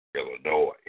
Illinois